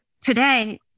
today